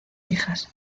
hijas